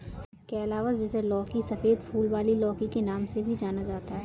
calabash, जिसे लौकी, सफेद फूल वाली लौकी के नाम से भी जाना जाता है